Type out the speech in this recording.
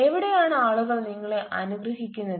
എവിടെയാണ് ആളുകൾ നിങ്ങളെ അനുഗ്രഹിക്കുന്നത്